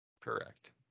Correct